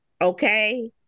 okay